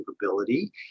capability